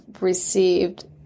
received